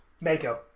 Mako